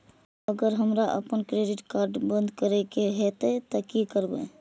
अगर हमरा आपन क्रेडिट कार्ड बंद करै के हेतै त की करबै?